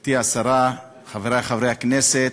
גברתי השרה, חברי חברי הכנסת,